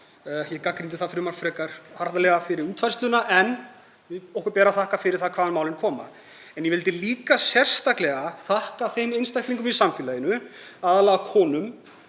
ég gagnrýndi það frumvarp frekar harðlega fyrir útfærsluna, en það ber að þakka fyrir hvaðan málin koma. En ég vildi líka sérstaklega þakka þeim einstaklingum í samfélaginu, aðallega konum,